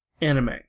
anime